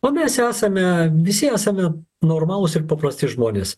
o mes esame visi esame normalūs ir paprasti žmonės